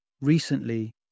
recently